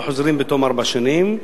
וחוזרים בתום ארבע שנים,